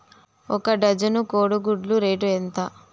ఒక డజను కోడి గుడ్ల రేటు ఎంత?